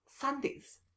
Sundays